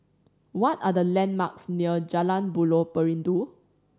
what are the landmarks near Jalan Buloh Perindu